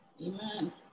Amen